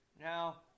Now